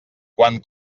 quan